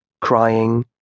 crying